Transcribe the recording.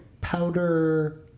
powder